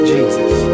Jesus